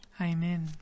amen